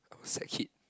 sad kid